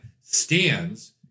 stands